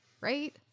right